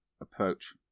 Approach